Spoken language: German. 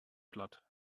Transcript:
platt